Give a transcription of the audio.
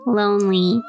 lonely